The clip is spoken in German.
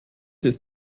ist